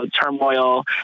turmoil